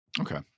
Okay